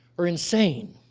or insane,